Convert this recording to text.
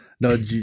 No